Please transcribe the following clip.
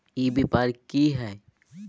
ई व्यापार की हाय?